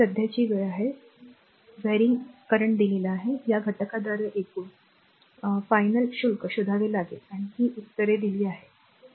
ही सध्याची वेळ आहे varying rकरंट दिलेला आहे त्या घटकाद्वारे एकूण उत्तीर्ण शुल्क शोधावे लागते आणि ही उत्तरे दिली जातात